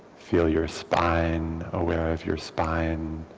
feel your spine, aware of your spine